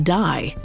die